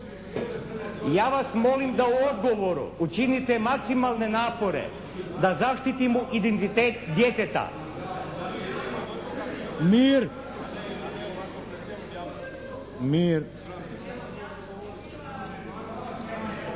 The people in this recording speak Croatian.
Ja vas molim da u odgovoru učinite maksimalne napore da zaštitimo identitet djeteta. **Šeks,